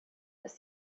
ist